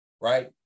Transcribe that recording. Right